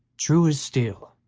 true as steel,